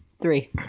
Three